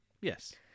Yes